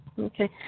Okay